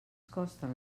costen